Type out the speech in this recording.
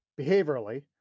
behaviorally